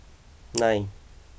nine